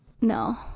No